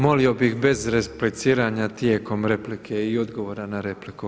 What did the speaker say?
Molio bih bez repliciranja tijekom replike i odgovora na repliku.